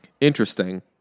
Interesting